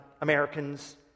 Americans